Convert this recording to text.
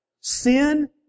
Sin